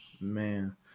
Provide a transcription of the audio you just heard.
Man